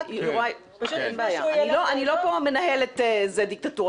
אני לא פה מנהלת דיקטטורה,